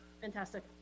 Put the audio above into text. fantastic